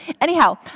Anyhow